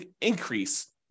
increase